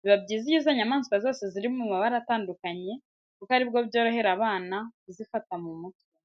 Biba byiza iyo izi nyamaswa zose ziri mu mabara atandukanye kuko ari bwo byorohera abana kuzifata mu mutwe.